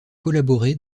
collaborer